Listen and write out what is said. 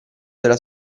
della